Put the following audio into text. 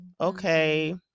okay